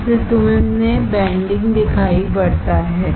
इसीलिए तुम्हें बेंडिंग दिखाई पड़ता है